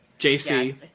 JC